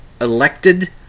elected